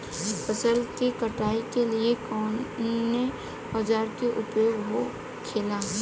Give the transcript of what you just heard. फसल की कटाई के लिए कवने औजार को उपयोग हो खेला?